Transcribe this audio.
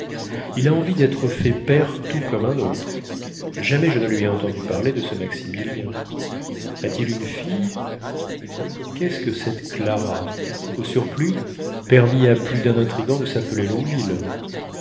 il a envie d'être fait pair tout comme un autre jamais je ne lui ai entendu parler de ce maximilien a-t-il une fille qu'est-ce que cette clara au surplus permis à plus d'un intrigant de s'appeler